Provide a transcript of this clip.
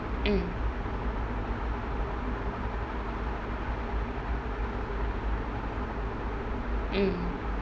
mm mm